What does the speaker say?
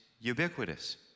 ubiquitous